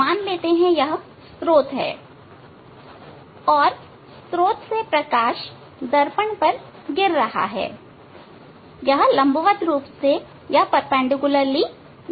मान लेते हैं कि यह स्त्रोत है और स्रोत से प्रकाश दर्पण पर गिर रहा है लंबवत रूप से गिर रहा है